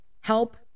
help